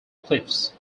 cliffs